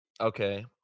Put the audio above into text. Okay